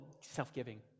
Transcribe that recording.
self-giving